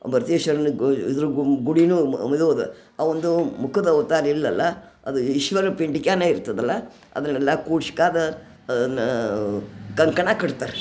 ಇದ್ರುಗು ಗುಡಿನು ಮೆದು ಅದ ಆ ಒಂದು ಮುಖದ ಅವತಾರ ಇಲ್ಲಲ್ಲ ಅದು ಈಶ್ವರ ಪಿಂಟಿಕಾನ ಇರ್ತದಲ್ಲ ಅದ್ರ್ನೆಲ್ಲಾ ಕೂರ್ಶಿಕಾದ ನಾ ಕಂಕಣ ಕಟ್ತಾರೆ